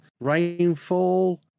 rainfall